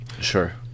sure